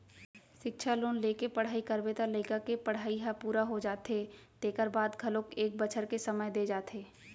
सिक्छा लोन लेके पढ़ई करबे त लइका के पड़हई ह पूरा हो जाथे तेखर बाद घलोक एक बछर के समे दे जाथे